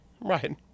Right